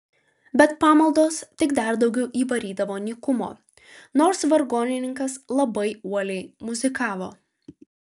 bet pamaldos tik dar daugiau įvarydavo nykumo nors vargonininkas labai uoliai muzikavo